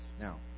Now